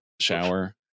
shower